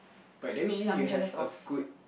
but that would mean you have a good